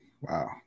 Wow